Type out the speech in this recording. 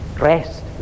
rest